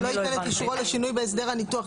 שלא ייתן את אישורו לשינוי בהסדר הניתוח.